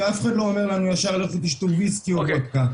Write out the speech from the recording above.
ואף אחד לא אומר לנו ישר לכו תשתו וויסקי או וודקה.